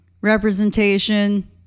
representation